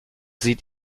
sieht